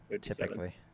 typically